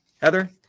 Heather